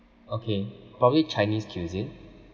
okay probably chinese cuisine